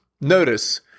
Notice